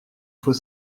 faut